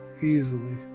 easily,